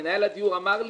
מנהל הדיור אמר לי: